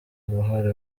ruhare